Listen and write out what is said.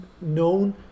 known